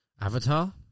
Avatar